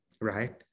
right